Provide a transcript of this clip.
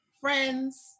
friends